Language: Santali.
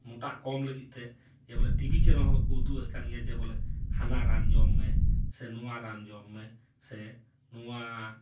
ᱢᱚᱴᱟᱜ ᱠᱚᱢ ᱞᱟᱹᱜᱤᱫ ᱛᱮ ᱡᱮ ᱴᱤᱵᱷᱤ ᱠᱚᱨᱮ ᱦᱚᱸᱠᱚ ᱩᱫᱩᱜ ᱮᱫ ᱠᱟᱱ ᱜᱮᱭᱟ ᱡᱮ ᱵᱚᱞᱮ ᱦᱟᱱᱟ ᱨᱟᱱ ᱡᱚᱢ ᱢᱮ ᱥᱮ ᱱᱚᱣᱟ ᱨᱟᱱ ᱡᱚᱢ ᱢᱮ ᱥᱮ ᱱᱚᱣᱟ